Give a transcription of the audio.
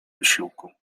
wysiłku